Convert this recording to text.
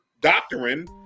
doctrine